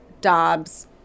Dobbs